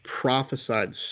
prophesied